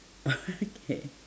okay